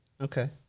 Okay